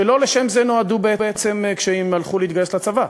ולא לזה הן נועדו בעצם כשהן הלכו להתגייס לצבא.